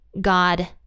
God